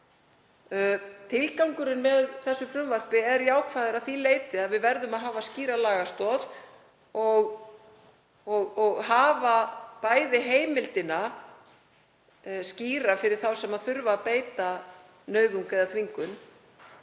Tilgangurinn með þessu frumvarpi er jákvæður að því leyti að við verðum að hafa skýra lagastoð og hafa heimildina skýra fyrir þá sem þurfa að beita nauðung eða þvingun